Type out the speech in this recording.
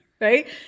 right